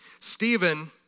Stephen